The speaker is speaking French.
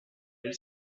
elle